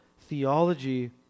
theology